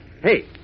Hey